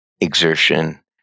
exertion